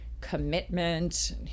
commitment